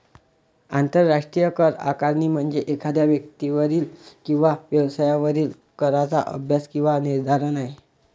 आंतरराष्ट्रीय करआकारणी म्हणजे एखाद्या व्यक्तीवरील किंवा व्यवसायावरील कराचा अभ्यास किंवा निर्धारण आहे